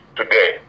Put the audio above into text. today